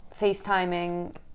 FaceTiming